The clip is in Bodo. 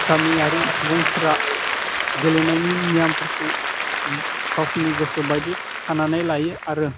गामियारि सुबुंफोरा गेलेनायनि नियमफोरखौ गावसोरनि गोसोबायदि खानानै लायो आरो